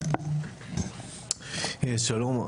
שלום,